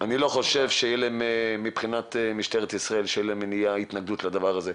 אני לא חושב שתהיה להם מניעה או התנגדות לדבר הזה.